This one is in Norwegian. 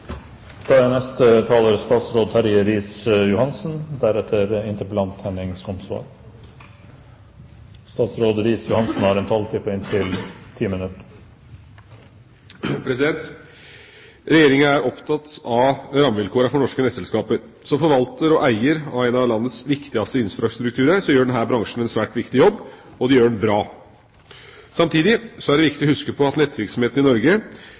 da særlig i distriktene. Derfor håper jeg at statsråden beslutter at denne forskriften ikke blir fremmet. Før en endelig avgjørelse skal tas av statsråden, bør Stortinget behandle en så omfattende forskrift. Regjeringa er opptatt av rammevilkårene for norske nettselskaper. Som forvalter og eier av en av landets viktigste infrastrukturer gjør denne bransjen en svært viktig jobb, og de gjør den bra. Samtidig er det viktig å huske på at nettvirksomheten i Norge